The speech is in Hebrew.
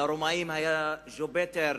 לרומאים היה יופיטר,